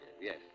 yes